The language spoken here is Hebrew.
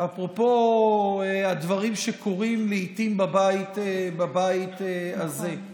אפרופו הדברים שקורים לעיתים בבית הזה.